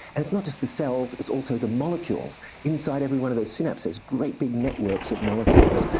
and it's not just the cells it's also the molecules inside every one of those synapses, great big networks of molecules.